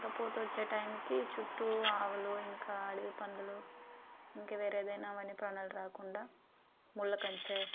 ఇంకా పూతొచ్చే టైంకి చుట్టూ ఆవులు ఇంకా అడవి పందులు ఇంక వేరే ఏదైనా వన్యప్రాణులు రాకుండా ముళ్లకంచే